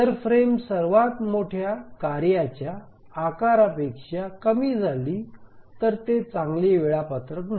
जर फ्रेम सर्वात मोठ्या कार्यांच्या आकारापेक्षा कमी झाली तर ते चांगले वेळापत्रक नाही